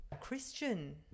Christian